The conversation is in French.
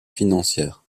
financières